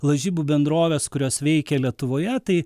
lažybų bendrovės kurios veikia lietuvoje tai